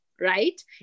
right